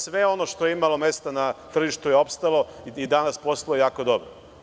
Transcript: Sve ono što je imalo mesta na tržištu je opstalo i danas posluje jako dobro.